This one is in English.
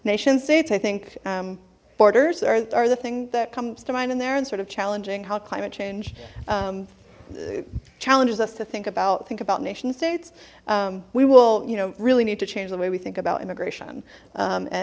nation states i think borders are the thing that comes to mind in there and sort of challenging how climate change challenges us to think about think about nation states we will you know really need to change the way we think about immigration and and